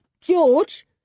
George